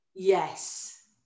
Yes